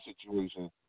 situation